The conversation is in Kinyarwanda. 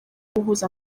guhuza